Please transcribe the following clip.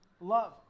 love